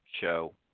show